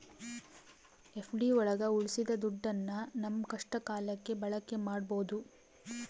FD ಒಳಗ ಉಳ್ಸಿದ ದುಡ್ಡನ್ನ ನಮ್ ಕಷ್ಟ ಕಾಲಕ್ಕೆ ಬಳಕೆ ಮಾಡ್ಬೋದು